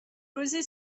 روزی